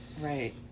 Right